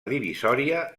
divisòria